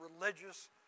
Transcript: religious